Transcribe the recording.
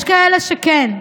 יש כאלה שכן.